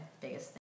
biggest